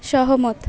ସହମତ